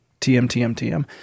TMTMTM